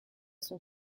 son